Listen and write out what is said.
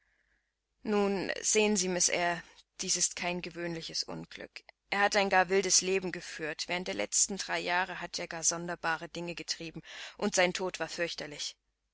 nun sehen sie miß eyre dies ist kein gewöhnliches unglück er hat ein gar wildes leben geführt während der letzten drei jahre hat er gar sonderbare dinge getrieben und sein tod war fürchterlich